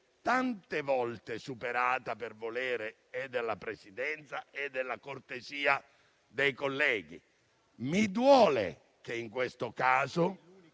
tante volte superata per volere della Presidenza e della cortesia dei colleghi. Mi duole che in questo caso